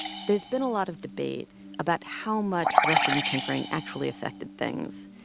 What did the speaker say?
there's been a lot of debate about how much russian tinkering actually affected things.